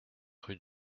rue